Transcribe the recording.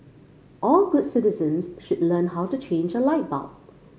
all good citizens should learn how to change a light bulb